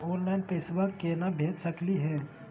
Online पैसवा केना भेज सकली हे?